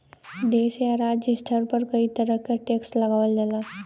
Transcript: देश या राज्य स्तर पर कई तरह क टैक्स लगावल जाला